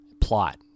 plot